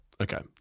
Okay